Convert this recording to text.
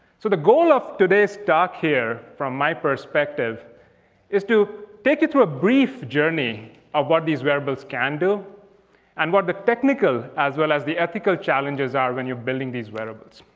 so the goal of today's talk here from my perspective is to take it through a brief journey of what these wearables can do and what are technical. as well as the ethical challenges are when you're building these wearables.